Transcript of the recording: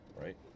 right